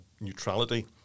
neutrality